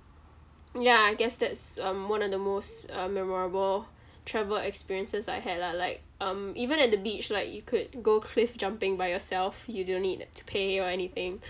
ya I guess that's um one of the most uh memorable travel experiences I had lah like um even at the beach like you could go cliff jumping by yourself you didn't need to pay or anything